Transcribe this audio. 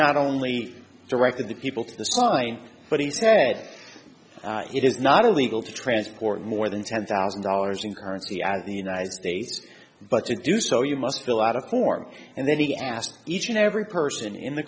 not only directed the people to the sign but he said it is not illegal to transport more than ten thousand dollars in currency at the united states but to do so you must fill out of court and then he asked each and every person in the